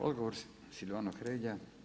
Odgovor Silvano Hrelja.